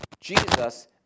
Jesus